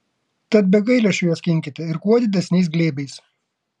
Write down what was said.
tad be gailesčio ją skinkite ir kuo didesniais glėbiais